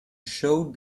showed